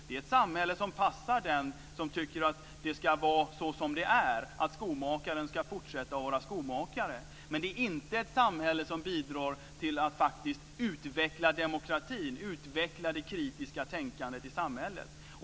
Det är ett samhälle som passar den som tycker att det ska vara som det är, att skomakaren ska fortsätta att vara skomakare. Men det är inte ett samhälle som bidrar till att utveckla demokratin och utveckla det kritiska tänkandet i samhället.